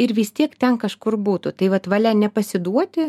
ir vis tiek ten kažkur būtų tai vat valia nepasiduoti